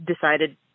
decided